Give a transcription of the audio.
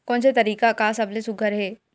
कोन से तरीका का सबले सुघ्घर हे?